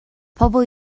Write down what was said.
pobl